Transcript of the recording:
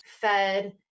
fed